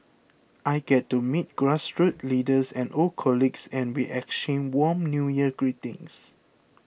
I get to meet grassroots leaders and old colleagues and we exchange warm New Year greetings